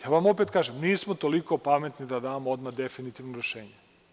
Ja vam opet kažem, nismo toliko pametni da damo odmah definitivno rešenje.